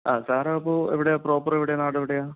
ആ സാറപ്പോൾ എവിടെയാണ് പ്രോപ്പർ എവിടെയാണ് നാടെവിടെയാണ്